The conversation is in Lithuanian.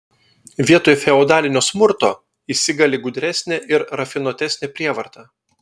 vietoj feodalinio smurto įsigali gudresnė ir rafinuotesnė prievarta